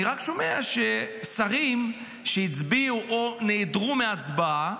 אני רק שומע ששרים שהצביעו או נעדרו מההצבעה